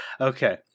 Okay